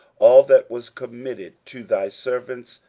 all that was committed to thy servants,